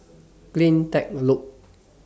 CleanTech Loop